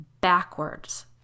backwards